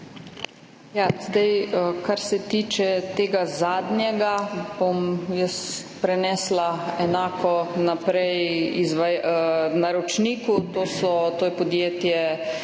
Kar se tiče tega zadnjega, bom jaz prenesla enako naprej naročniku, to je podjetje